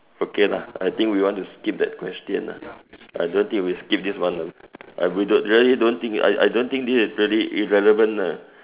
okay lah I think we want to skip that question lah I don't think we skip this one lah I we don't really don't think I I don't think this is really irrelevant lah